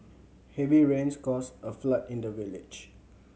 heavy rains caused a flood in the village